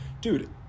dude